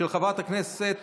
של חברת הכנסת